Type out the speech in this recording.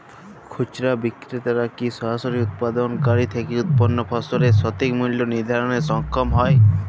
খুচরা বিক্রেতারা কী সরাসরি উৎপাদনকারী থেকে উৎপন্ন ফসলের সঠিক মূল্য নির্ধারণে সক্ষম হয়?